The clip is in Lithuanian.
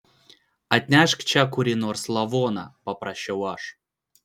atnešk čia kurį nors lavoną paprašiau aš